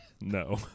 No